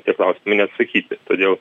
tie klausimai neatsakyti todėl